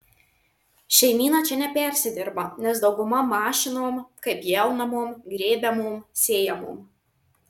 šeimyna čia nepersidirba nes dauguma mašinom kaip pjaunamom grėbiamom sėjamom